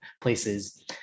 places